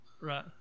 Right